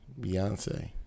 Beyonce